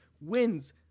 wins